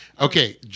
Okay